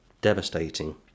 Devastating